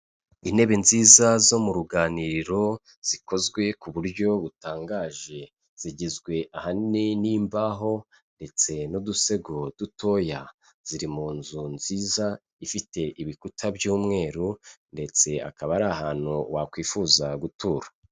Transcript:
Intebe nziza zo mu ruganiriro, zikozwe ku buryo butangaje, zigizwe ahanini n'imbaho, ndetse n'udusego dutoya, ziri mu nzu nziza ifite ibikuta by'umweru, ndetse akaba ari ahantu wakwifuza gutura.